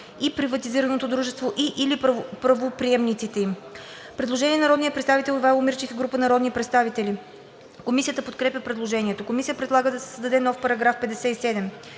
и приватизираното дружество и/или правоприемниците им.“ Предложение на народния представител Ивайло Мирчев и група народни представители. Комисията подкрепя предложението. Комисията предлага да се създаде нов § 57: „§ 57.